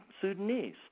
Sudanese